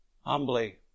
humbly